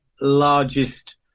largest